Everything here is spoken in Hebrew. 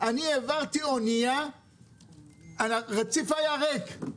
אני העברתי אונייה והרציף היה ריק.